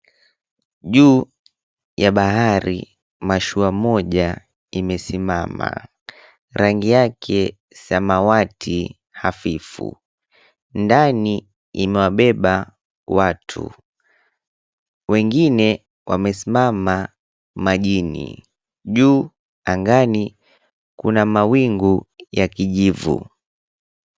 Juu ya bahari mashua moja imesimama, rangi yake samawati hafifu, ndani imewabeba watu, wengine wamesimama majini. Juu angani kuna mawingu ya kijivu.